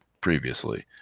previously